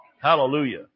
Hallelujah